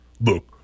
Look